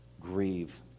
grieve